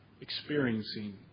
experiencing